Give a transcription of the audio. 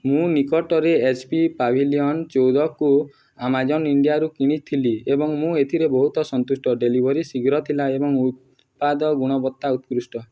ମୁଁ ନିକଟରେ H P pavilion ଚଉଦକୁ ଆମାଜନ୍ ଇଣ୍ଡିଆରୁ କିଣିଥିଲି ଏବଂ ମୁଁ ଏଥିରେ ବହୁତ ସନ୍ତୁଷ୍ଟ ଡେଲିଭରୀ ଶୀଘ୍ର ଥିଲା ଏବଂ ଉତ୍ପାଦ ଗୁଣବତ୍ତା ଉତ୍କୃଷ୍ଟ